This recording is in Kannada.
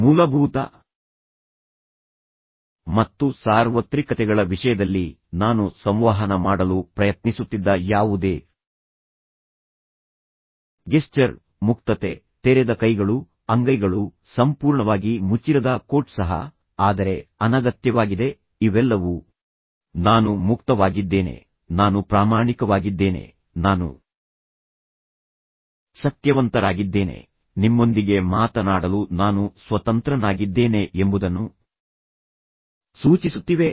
ಮೂಲಭೂತ ಮತ್ತು ಸಾರ್ವತ್ರಿಕತೆಗಳ ವಿಷಯದಲ್ಲಿ ನಾನು ಸಂವಹನ ಮಾಡಲು ಪ್ರಯತ್ನಿಸುತ್ತಿದ್ದ ಯಾವುದೇ ಗೆಸ್ಚರ್ ಮುಕ್ತತೆ ತೆರೆದ ಕೈಗಳು ಅಂಗೈಗಳು ಸಂಪೂರ್ಣವಾಗಿ ಮುಚ್ಚಿರದ ಕೋಟ್ ಸಹ ಆದರೆ ಅನಗತ್ಯವಾಗಿದೆ ಇವೆಲ್ಲವೂ ನಾನು ಮುಕ್ತವಾಗಿದ್ದೇನೆ ನಾನು ಪ್ರಾಮಾಣಿಕವಾಗಿದ್ದೇನೆ ನಾನು ಸತ್ಯವಂತರಾಗಿದ್ದೇನೆ ನಿಮ್ಮೊಂದಿಗೆ ಮಾತನಾಡಲು ನಾನು ಸ್ವತಂತ್ರನಾಗಿದ್ದೇನೆ ಎಂಬುದನ್ನು ಸೂಚಿಸುತ್ತಿವೆ